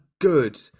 good